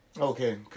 Okay